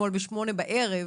אתמול בשמונה בערב.